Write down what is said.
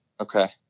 Okay